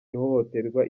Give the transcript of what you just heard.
ihohoterwa